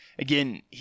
Again